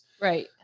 Right